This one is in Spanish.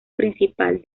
principal